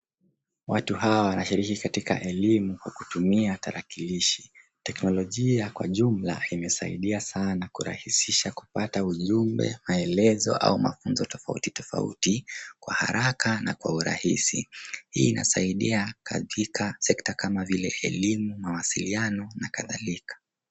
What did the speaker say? Watu hawa wanashiriki katika elimu kwa kutumia tarakilishi. Teknolojia kwa jumla imesaidia sana kupata ujumbe, maelezo au mafunzo tofautitofauti kwa haraka na kwa urahisi. Hii inasaidia katika sekta kama vile elimu, mawasiliano na kadhalika.